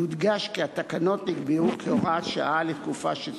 יודגש כי התקנות נקבעו כהוראת שעה לתקופה של שנתיים.